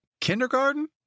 kindergarten